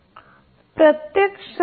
क्षेत्र २ आणि क्षमस्व